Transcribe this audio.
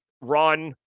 run